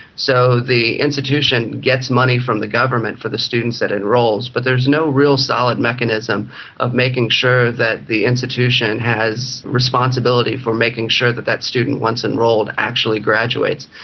so the institution gets money from the government for the students it enrols but there is no real solid mechanism of making sure that the institution has responsibility for making sure that that student once enrolled actually graduates,